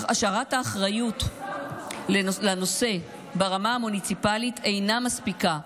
אך השארת האחריות לנושא ברמה המוניציפלית אינה מספיקה,